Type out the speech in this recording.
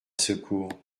secours